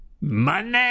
Money